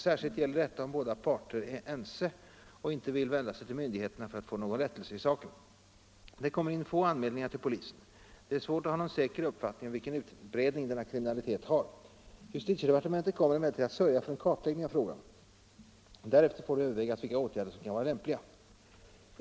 Särskilt gäller detta om båda parter är ense och inte vill vända sig till myndigheterna för att få någon rättelse i saken. Det kommer in få anmälningar till polisen. Det är svårt att ha någon säker uppfattning om vilken utbredning denna kriminalitet har. Justitiedepartementet kommer emellertid att sörja för en kartläggning av frågan. Därefter får övervägas vilka åtgärder som kan vara lämpliga.